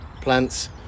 plants